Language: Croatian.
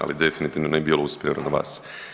Ali definitivno ne bi bilo usmjereno na vas.